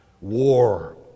war